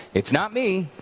it's not me.